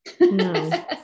No